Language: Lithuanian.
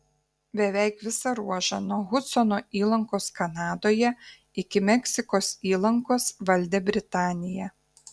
beveik visą ruožą nuo hudsono įlankos kanadoje iki meksikos įlankos valdė britanija